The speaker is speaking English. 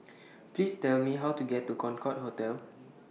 Please Tell Me How to get to Concorde Hotel